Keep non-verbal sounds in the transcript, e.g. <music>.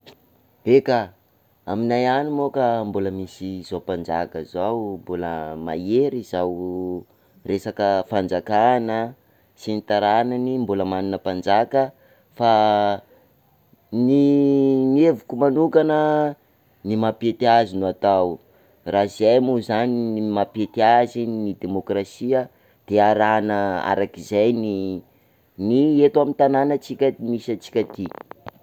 Eka, aminay any moa ka mbola misy zao mpanjaka zao, mbola mahery izao resaka fanjakana sy ny taranany, mbola manana mpanjaka fa <hesitation> ny hevitro manokana ny mampety azy no atao, raha izay moa zany no mampety azy, ny demokrasia de arahana arak'izay ny- ny eto amin'ny tànanatsik- misy antsika ty.